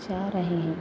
जा रहे हैं